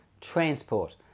transport